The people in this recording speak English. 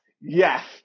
yes